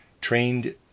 trained